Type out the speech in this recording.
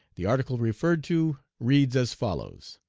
the article referred to reads as follows